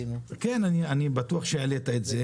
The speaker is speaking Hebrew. אני בטוח שהעלית את זה.